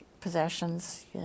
possessions